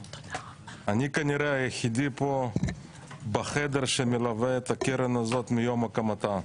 אני כנראה היחידי פה בחדר שמלווה את הקרן הזאת מיום הקמתה.